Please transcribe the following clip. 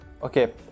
okay